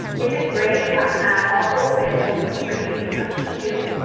it's a great app, also available for free from t-two.